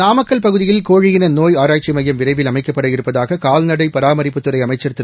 நாமக்கல் பகுதியில் கோழியின நோய் ஆராய்ச்சி மையம் விரைவில் அமைக்கப்படவிருப்பதாக கால்நடை பராமரிப்புத்துறை அமைச்சர் திரு